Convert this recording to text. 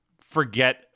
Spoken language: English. forget